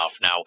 now